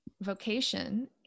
vocation